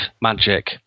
magic